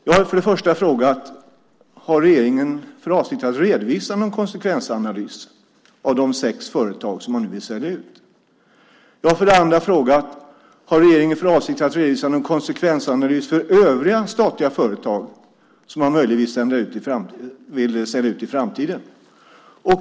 Jag har för det första frågat: Har regeringen för avsikt att redovisa någon konsekvensanalys av de sex företag som man nu vill sälja ut? Jag har för det andra frågat: Har regeringen för avsikt att redovisa någon konsekvensanalys för övriga statliga företag som man möjligen vill sälja ut i framtiden?